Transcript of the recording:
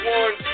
one